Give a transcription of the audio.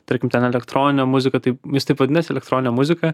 tarkim ten elektroninė muzika tai jis taip vadinasi elektroninė muzika